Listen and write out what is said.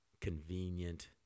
convenient